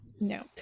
No